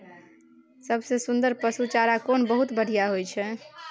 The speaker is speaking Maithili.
सबसे सुन्दर पसु चारा कोन बहुत बढियां होय इ?